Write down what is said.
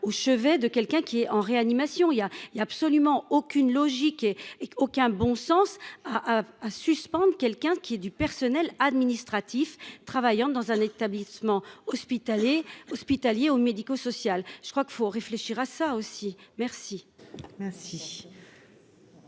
au chevet de quelqu'un qui est en réanimation, il y a, il y a absolument aucune logique et aucun bon sens à à suspendre, quelqu'un qui ait du personnel administratif travaillant dans un établissement hospitalier, hospitalier au médico-social, je crois qu'il faut réfléchir à ça aussi, merci.